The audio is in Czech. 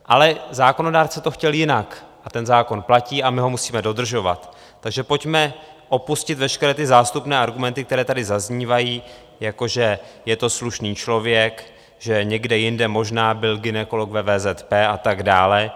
Ale zákonodárce to chtěl jinak, ten zákon platí a my ho musíme dodržovat, takže pojďme opustit veškeré ty zástupné argumenty, které tady zaznívají, jako že je to slušný člověk, že někde jinde možná byl gynekolog ve VZP a tak dále.